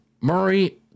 Murray